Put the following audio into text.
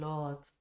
Lord